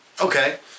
Okay